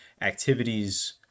activities